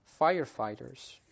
firefighters